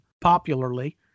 popularly